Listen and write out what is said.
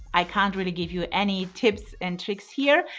i can't really give you any tips and tricks here,